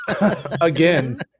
again